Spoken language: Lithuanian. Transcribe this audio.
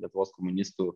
lietuvos komunistų